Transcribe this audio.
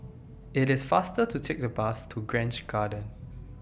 IT IS faster to Take The Bus to Grange Garden